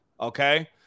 okay